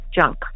junk